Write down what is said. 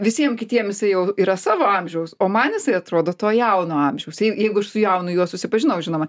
visiem kitiem jisai jau yra savo amžiaus o man jisai atrodo to jauno amžiaus jeigu aš su jaunu juo susipažinau žinoma